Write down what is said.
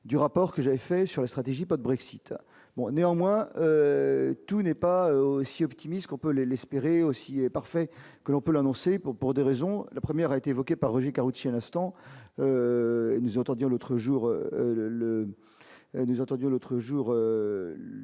du rapport que j'ai fait sur la stratégie, pas de Brexit bon, néanmoins, tout n'est pas aussi optimiste qu'on peut l'espérer aussi est parfait que l'on peut l'annoncer pour pour 2 raisons : la première, été évoquée par Roger Karoutchi à l'instant. Nous, autant dire l'autre jour, le